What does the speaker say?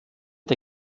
der